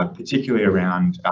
ah particularly around, ah,